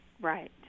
Right